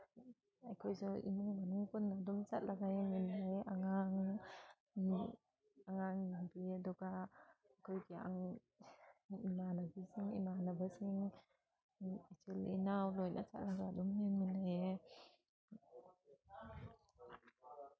ꯑꯩꯈꯣꯏꯁꯨ ꯏꯃꯨꯡ ꯃꯅꯨꯡ ꯄꯨꯟꯅ ꯑꯗꯨꯝ ꯆꯠꯂꯒ ꯌꯦꯡꯃꯤꯟꯅꯩ ꯑꯉꯥꯡ ꯑꯉꯥꯡꯅꯦ ꯑꯗꯨꯒ ꯑꯩꯈꯣꯏ ꯏꯃꯥꯟꯅꯕꯤꯁꯤꯡ ꯏꯃꯥꯟꯅꯕꯁꯤꯡ ꯏꯆꯤꯜ ꯏꯅꯥꯎ ꯂꯣꯏꯅ ꯆꯠꯂꯒ ꯑꯗꯨꯝ ꯌꯦꯡꯃꯤꯟꯅꯩꯌꯦ